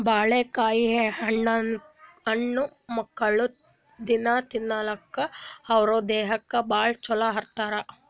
ಬಾಳಿಕಾಯಿ ಹೆಣ್ಣುಮಕ್ಕ್ಳು ದಿನ್ನಾ ತಿನ್ಬೇಕ್ ಅವ್ರ್ ದೇಹಕ್ಕ್ ಭಾಳ್ ಛಲೋ ಅಂತಾರ್